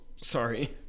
Sorry